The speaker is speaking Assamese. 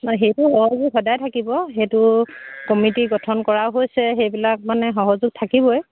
ন সেইটো সহযোগ সদায় থাকিব সেইটো কমিটি গঠন কৰাও হৈছে সেইবিলাক মানে সহযোগ থাকিবই